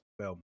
film